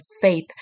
faith